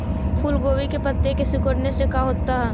फूल गोभी के पत्ते के सिकुड़ने से का होता है?